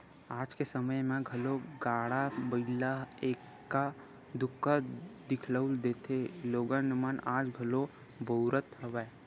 आज के समे म घलो गाड़ा बइला ह एक्का दूक्का दिखउल देथे लोगन मन आज घलो बउरत हवय